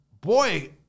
boy